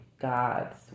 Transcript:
God's